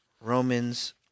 Romans